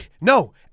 No